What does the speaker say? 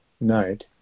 night